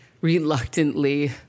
reluctantly